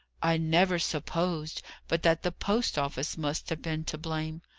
i never supposed but that the post-office must have been to blame.